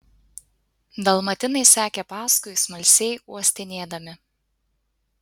dalmatinai sekė paskui smalsiai uostinėdami